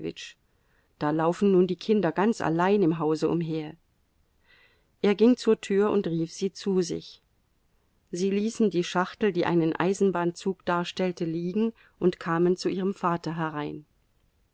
da laufen nun die kinder ganz allein im hause umher er ging zur tür und rief sie zu sich sie ließen die schachtel die einen eisenbahnzug darstellte liegen und kamen zu ihrem vater herein